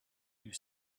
you